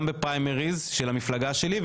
גם בפריימריז של המפלגה שלי,